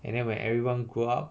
and then when everyone grow up